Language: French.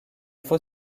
faut